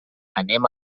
anem